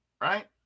Right